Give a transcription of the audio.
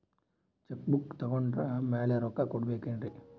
Check book ತೊಗೊಂಡ್ರ ಮ್ಯಾಲೆ ರೊಕ್ಕ ಕೊಡಬೇಕರಿ?